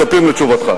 אנחנו מצפים לתשובתך.